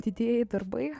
didieji darbai